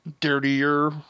dirtier